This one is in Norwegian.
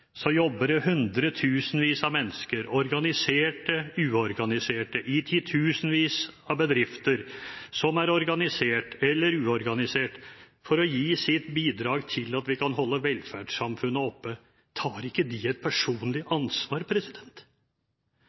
jobber det hundretusenvis av mennesker, organiserte og uorganiserte, i titusenvis av bedrifter, som er organiserte eller uorganiserte, for å gi sitt bidrag til at vi kan holde velferdssamfunnet oppe. Tar ikke de et personlig ansvar?